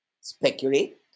speculate